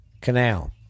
canal